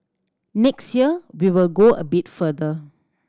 next year we will go a bit further